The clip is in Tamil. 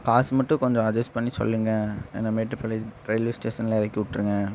காசு மட்டும் கொஞ்சம் அட்ஜஸ் பண்ணி சொல்லுங்கள் ஏன்னா மேட்டுப்பாளையம் ரயில்வே ஸ்டேஷனில் இறக்கி விட்ருங்க